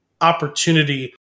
opportunity